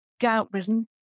gout-ridden